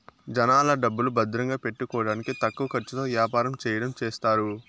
జనాల డబ్బులు భద్రంగా పెట్టుకోడానికి తక్కువ ఖర్చుతో యాపారం చెయ్యడం చేస్తారు